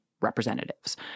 representatives